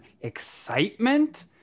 excitement